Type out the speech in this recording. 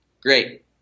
great